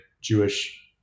Jewish